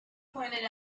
pointed